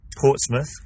Portsmouth